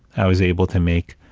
i was able to make